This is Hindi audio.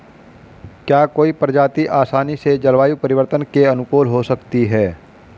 क्या कोई प्रजाति आसानी से जलवायु परिवर्तन के अनुकूल हो सकती है?